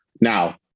Now